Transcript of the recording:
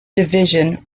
division